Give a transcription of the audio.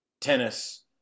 tennis